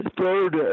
third